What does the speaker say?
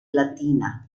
latina